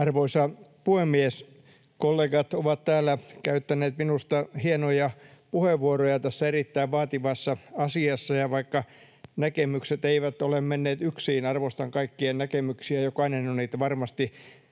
Arvoisa puhemies! Kollegat ovat täällä käyttäneet minusta hienoja puheenvuoroja tässä erittäin vaativassa asiassa, ja vaikka näkemykset eivät ole menneet yksiin, arvostan kaikkien näkemyksiä. Jokainen on niitä varmasti